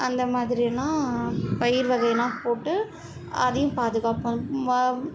அந்தமாதிரியெல்லாம் பயிர் வகைலாம் போட்டு அதையும் பாதுகாப்போம்